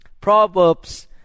Proverbs